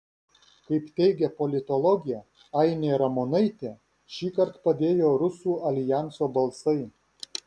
kaip teigia politologė ainė ramonaitė šįkart padėjo rusų aljanso balsai